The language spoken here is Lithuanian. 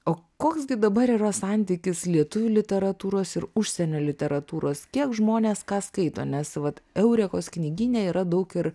o koks gi dabar yra santykis lietuvių literatūros ir užsienio literatūros kiek žmonės ką skaito nes vat eurekos knygyne yra daug ir